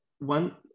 One